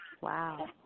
wow